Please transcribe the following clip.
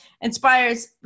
Inspires